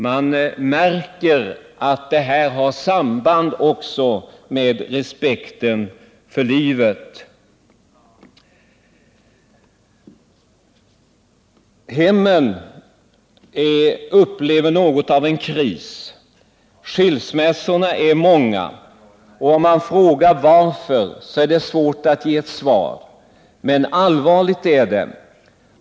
Man märker att detta har samband med den minskade respekten för livet. Hemmen upplever något av en kris. Skilsmässorna är många. Om man frågar varför, är det svårt att få ett svar. Men allvarligt är det.